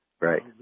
Right